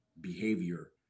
behavior